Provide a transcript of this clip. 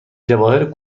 جواهر